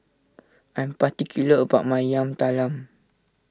I am particular about my Yam Talam